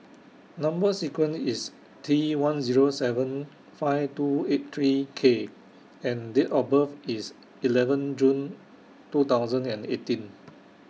Number sequence IS T one Zero seven five two eight three K and Date of birth IS eleven June two thousand and eighteen